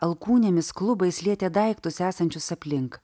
alkūnėmis klubais lietė daiktus esančius aplink